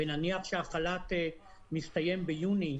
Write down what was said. ונניח שהחל"ת מסתיים ביוני,